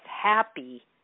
happy